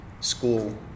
school